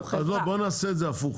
בואו נעשה את הפוך.